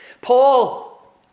Paul